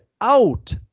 out